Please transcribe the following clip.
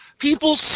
people